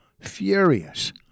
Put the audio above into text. furious